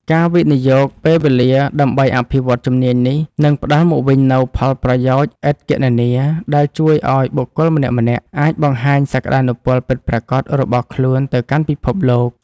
ការវិនិយោគពេលវេលាដើម្បីអភិវឌ្ឍជំនាញនេះ នឹងផ្ដល់មកវិញនូវផលប្រយោជន៍ឥតគណនា ដែលជួយឱ្យបុគ្គលម្នាក់ៗអាចបង្ហាញសក្ដានុពលពិតប្រាកដរបស់ខ្លួនទៅកាន់ពិភពលោក។